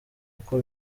kuko